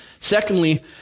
Secondly